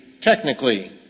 technically